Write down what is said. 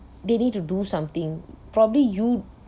they need to do something probably you